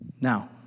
Now